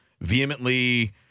vehemently